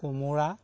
কোমোৰা